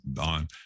on